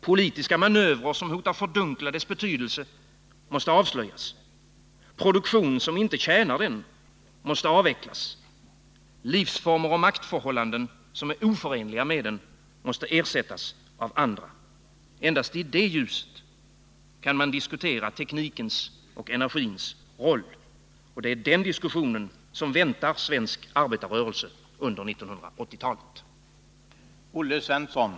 Politiska manövrer som hotar fördunkla dess betydelse måste avslöjas. Produktion som inte tjänar den måste avvecklas. Livsformer och maktförhållanden som är oförenliga med den måste ersättas av andra. Endast i det ljuset kan man diskutera teknikens och energins roll. Den diskussionen väntar svensk arbetarrörelse under 1980-talet.